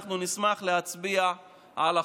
אנחנו נשמח להצביע על החוק.